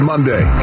Monday